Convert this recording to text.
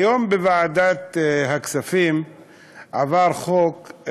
היום בוועדת הכספים עבר חוק,